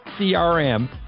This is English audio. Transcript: CRM